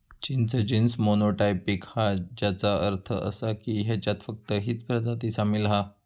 चिंच genes monotypic हा, ज्याचो अर्थ असा की ह्याच्यात फक्त हीच प्रजाती सामील हा